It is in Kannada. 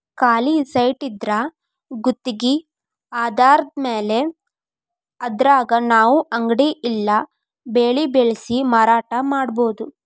ಖಾಲಿ ಸೈಟಿದ್ರಾ ಗುತ್ಗಿ ಆಧಾರದ್ಮ್ಯಾಲೆ ಅದ್ರಾಗ್ ನಾವು ಅಂಗಡಿ ಇಲ್ಲಾ ಬೆಳೆ ಬೆಳ್ಸಿ ಮಾರಾಟಾ ಮಾಡ್ಬೊದು